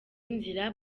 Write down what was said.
inzira